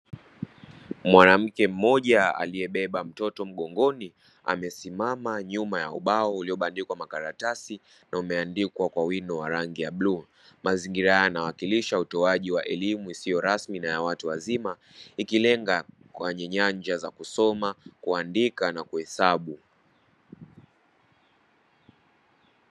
Mwanamke mmoja aliyebeba mtoto mgongoni amesimama nyuma ya ubao uliyobandikwa makaratasi na umeandikwa kwa wino wa rangi ya bluu. Mazingira haya yanawakilisha utoaji wa elimu isiyo rasmi na ya watu wazima ikilenga kwenye nyanja za kusoma, kuandika na kuhesabu.